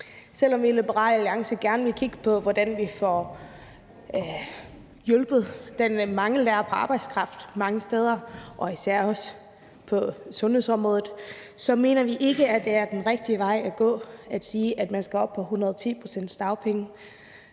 Selv om vi i Liberal Alliance gerne vil kigge på, hvordan vi får afhjulpet den mangel på arbejdskraft, der er mange steder, især også på sundhedsområdet, mener vi ikke, at det er den rigtige vej at gå at sige, at man skal op på 110 pct. dagpenge,